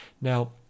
Now